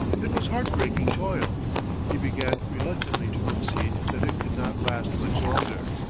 it was heartbreaking toil he began reluctantly to concede that it could not last much longer.